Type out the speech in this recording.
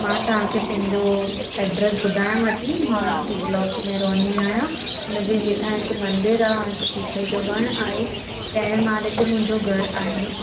मां तव्हांखे पंहिंजो एड्रेस ॿुधायव थी मां सी ब्लॉक में रहंदी आहियां हुनजे हेठां हिकु मंदरु आहे हिकु पीपल जो वणु आहे पहिरे माले ते मुंहिंजो घरु आहे